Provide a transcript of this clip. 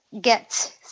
get